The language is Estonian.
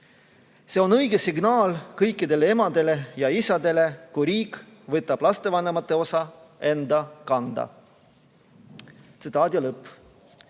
See on õige signaal kõigile emadele ja isadele, kui riik võtab lastevanemate osa enda kanda." Nii